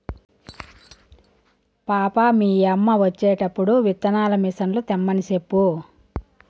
పాపా, మీ యమ్మ వచ్చేటప్పుడు విత్తనాల మిసన్లు తెమ్మని సెప్పు